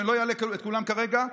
ואני לא אעלה את כולם כרגע,